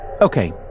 okay